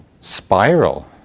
spiral